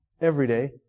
everyday